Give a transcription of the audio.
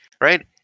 Right